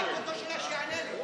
אני שאלתי אותו שאלה, שיענה לי.